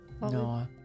No